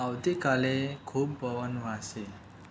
આવતી કાલે ખૂબ પવન વાશે